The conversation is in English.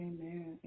Amen